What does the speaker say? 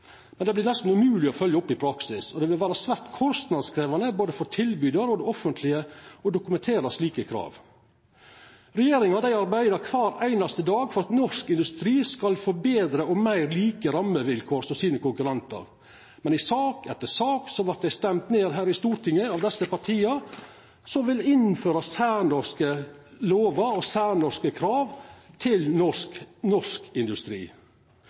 Men det vert nesten umogleg å følgja opp i praksis, og det vil vera svært kostnadskrevjande både for tilbydarar og det offentlege å dokumentera slike krav. Regjeringa arbeider kvar einaste dag for at norsk industri skal få betre og meir like rammevilkår som sine konkurrentar. Men i sak etter sak vert dei stemte ned her i Stortinget av desse partia som vil innføra særnorske lover og særnorske krav til norsk industri.